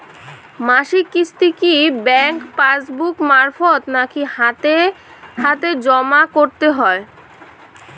মাসিক কিস্তি কি ব্যাংক পাসবুক মারফত নাকি হাতে হাতেজম করতে হয়?